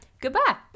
goodbye